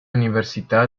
università